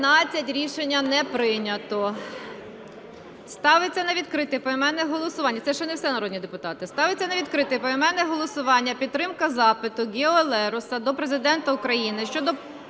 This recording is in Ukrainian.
народні депутати. Ставиться на відкрите поіменне голосування підтримка запиту Гео Лероса до Президента України